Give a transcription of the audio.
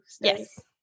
yes